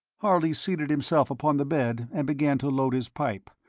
harley seated himself upon the bed and began to load his pipe,